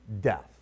death